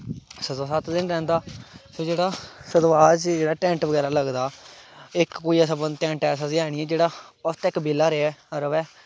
ते जेह्ड़ा सतवाह् च टैंट बगैरा लगदा इक कोई टैंट ऐसा ते है निं ऐ जेह्ड़ा हर बेल्लै बेह्ला र'वै